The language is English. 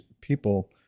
people